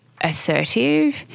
assertive